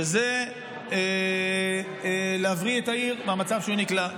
שזה להבריא את העיר מהמצב שהיא נקלעה אליה.